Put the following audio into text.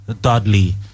dudley